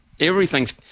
everything's